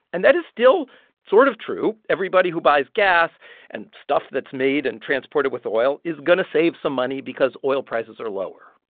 and that is still sort of true. everybody who buys gas and stuff that's made and transported with oil is going to save some money because oil prices are lower.